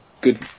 good